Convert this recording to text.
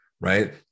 right